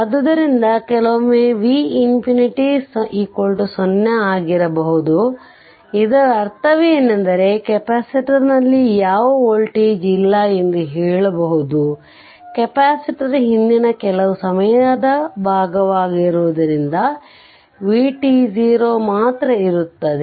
ಆದ್ದರಿಂದ ಕೆಲವೊಮ್ಮೆ v 0 ಆಗಿರಬಹುದು ಇದರ ಅರ್ಥವೇನೆಂದರೆ ಕೆಪಾಸಿಟರ್ ನಲ್ಲಿ ಯಾವ ವೋಲ್ಟೇಜ್ ಇಲ್ಲ ಎಂದು ಹೇಳಬಹುದು ಕೆಪಾಸಿಟರ್ ಹಿಂದಿನ ಕೆಲವು ಸಮಯದ ಭಾಗವಾಗಿರುವುದರಿಂದ vt0 ಮಾತ್ರ ಇರುತ್ತದೆ